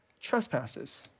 Trespasses